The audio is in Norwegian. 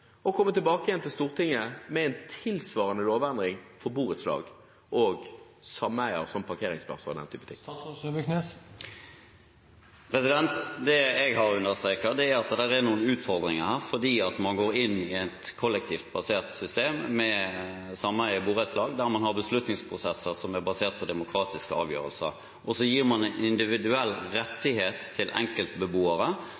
komme tilbake til Stortinget med forslag til en tilsvarende lovendring for borettslag og sameier, som parkeringsplasser og slikt? Det jeg har understreket, er at det er noen utfordringer her, for man går inn i et kollektivt basert system, med sameier og borettslag, der en har beslutningsprosesser som er basert på demokratiske avgjørelser, og gir en individuell